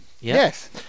yes